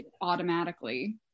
automatically